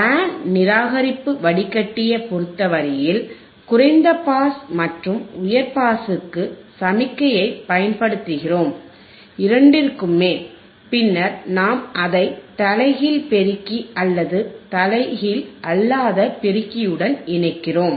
pant நிராகரிப்பு வடிகட்டிய பொறுத்தவரையில் குறைந்த பாஸ் மற்றும் உயர் பாஸுக்கு சமிக்ஞையைப் பயன்படுத்துகிறோம் இரண்டிற்குமேபின்னர் நாம் அதை தலைகீழ் பெருக்கி அல்லது தலைகீழ் அல்லாத பெருக்கியுடன் இணைக்கிறோம்